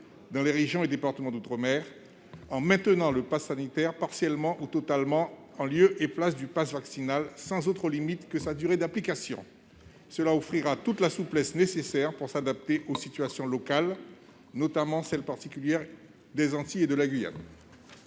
dans les régions et départements d'outre-mer. Ainsi, je souhaite que soit maintenu le passe sanitaire, partiellement ou totalement, en lieu et place du passe vaccinal, sans autre limite que sa durée d'application. Cela offrira toute la souplesse nécessaire pour s'adapter aux situations locales, notamment celles, particulières, des Antilles et de la Guyane.